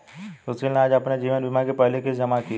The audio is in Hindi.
सुशील ने आज अपने जीवन बीमा की पहली किश्त जमा की